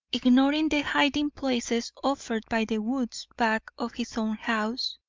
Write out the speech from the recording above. ignoring the hiding-places offered by the woods back of his own house,